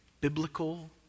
biblical